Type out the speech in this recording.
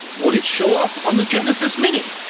would it show up on the genesis mini?